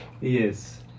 Yes